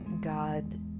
God